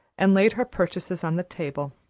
and laid her purchases on the table.